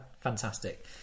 Fantastic